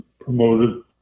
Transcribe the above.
promoted